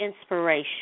inspiration